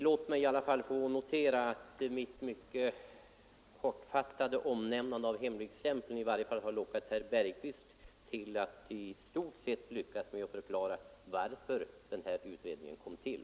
Herr talman! Tillåt mig notera att mitt mycket kortfattade omnämnande av hemligstämpeln i varje fall har lockat herr Bergqvist till att i stort sett lyckas med att förklara varför den här utredningen kom till.